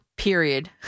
Period